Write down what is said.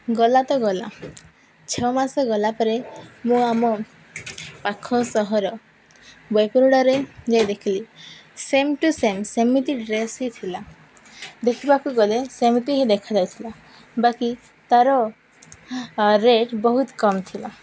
ଗଲା ତ ଗଲା ଛଅ ମାସ ଗଲାପରେ ମୁଁ ଆମ ପାଖ ସହର ବୋଇପୁରୁଡ଼ାରେ ଯାଇ ଦେଖିଲି ସେମ୍ ଟୁ ସେମ୍ ସେମିତି ଡ୍ରେସ୍ ହିଁ ଥିଲା ଦେଖିବାକୁ ଗଲେ ସେମିତି ହି ଦେଖାଯାଉଥିଲା ବାକି ତା'ର ରେଟ୍ ବହୁତ କମ୍ ଥିଲା